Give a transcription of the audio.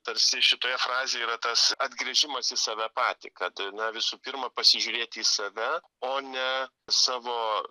tarsi šitoje frazėje yra tas atgręžimas į save patį kad na visų pirma pasižiūrėti į save o ne savo